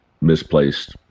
misplaced